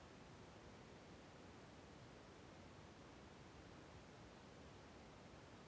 E commerce ಮಾರುಕಟ್ಟೆ ಸ್ಥಳಗಳಿಗೆ ವ್ಯಾಪಾರ ಮಾದರಿಗಳ ಉದಾಹರಣೆಗಳು ಯಾವುವು?